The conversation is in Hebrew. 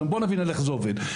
בואו נבין איך זה עובד.